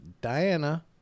Diana